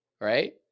Right